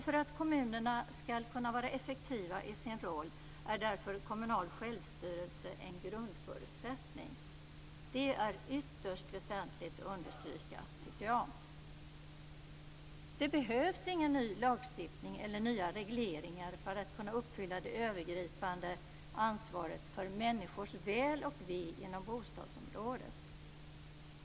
För att kommunerna skall kunna vara effektiva i sin roll är därför kommunal självstyrelse en grundförutsättning. Det är ytterst väsentligt att understryka. Det behövs ingen ny lagstiftning eller nya regleringar för att kunna uppfylla det övergripande ansvaret för människors väl och ve inom bostadsområdet.